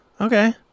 Okay